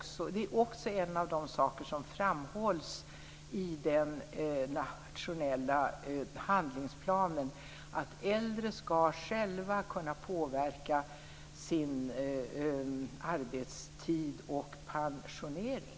En av de saker som framhålls i den nationella handlingsplanen är just att äldre själva skall kunna påverka sin arbetstid och pensionering.